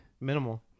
Minimal